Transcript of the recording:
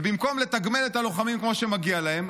ובמקום לתגמל את הלוחמים כמו שמגיע להם,